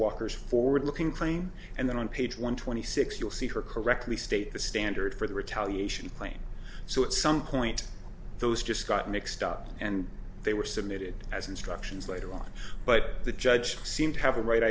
walker's forward looking fine and then on page one twenty six you'll see her correctly state the standard for the retaliation plan so at some point those just got mixed up and they were submitted as instructions later on but the judge seemed to have the right